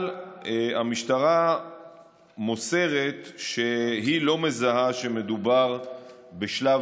אבל המשטרה מוסרת שהיא לא מזהה שמדובר בשלב